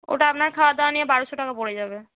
ওটা আপনার খাওয়া দাওয়া নিয়ে বারোশো টাকা পড়ে যাবে